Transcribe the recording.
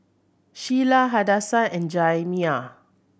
Shyla Hadassah and Jaimie